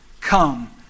come